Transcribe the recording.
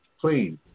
Please